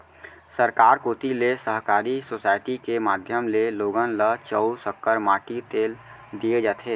सरकार कोती ले सहकारी सोसाइटी के माध्यम ले लोगन ल चाँउर, सक्कर, माटी तेल दिये जाथे